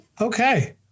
Okay